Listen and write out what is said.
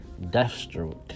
Deathstroke